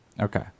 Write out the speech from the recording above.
Okay